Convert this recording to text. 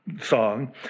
song